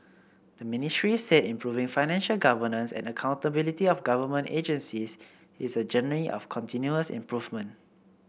the Ministry said improving financial governance and accountability of government agencies is a journey of continuous improvement